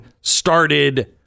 started